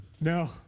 No